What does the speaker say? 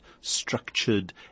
structured